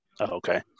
Okay